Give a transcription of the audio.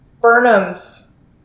Burnham's